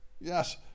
yes